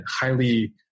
highly